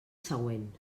següent